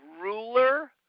Ruler